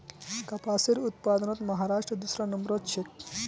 कपासेर उत्पादनत महाराष्ट्र दूसरा नंबरत छेक